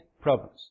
problems